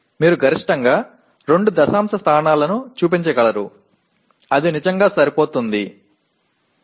அதிகபட்சம் 2 தசம இடங்களை நீங்கள் காண்பிக்க முடியும் அது உண்மையில் போதுமானதை விட அதிகம்